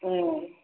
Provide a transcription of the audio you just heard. ए